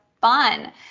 fun